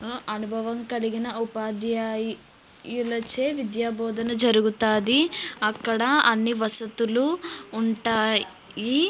అనుభవం కలిగిన ఉపాధ్యాయులచే విద్య బోధన జరుగుతుంది అక్కడ అన్ని వసతులు ఉంటాయి